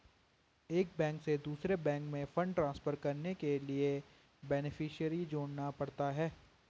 एक बैंक से दूसरे बैंक में फण्ड ट्रांसफर करने के लिए बेनेफिसियरी जोड़ना पड़ता है